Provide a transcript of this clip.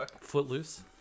Footloose